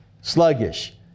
Sluggish